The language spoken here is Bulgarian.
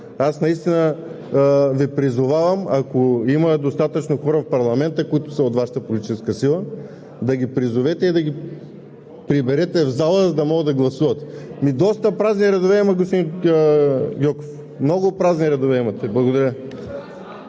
Аз наистина Ви призовавам, ако има достатъчно хора в парламента, които са от Вашата политическа сила, да ги призовете и приберете в залата, за да могат да гласуват. (Реплики.) Доста празни редове има, господин Гьоков! Много празни редове имате! Благодаря.